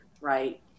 right